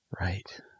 Right